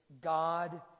God